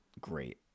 great